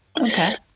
Okay